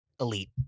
elite